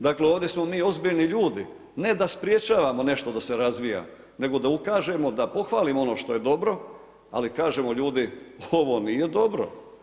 Dakle ovdje smo mi ozbiljni ljudi, ne da sprječavamo nešto da se razvija nego da ukažemo, da pohvalimo ono što je dobro ali kažemo ljudi ovo nije dobro.